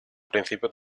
principios